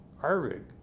Arvig